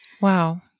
Wow